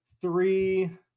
three